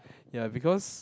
ya because